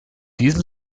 diesem